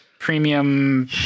premium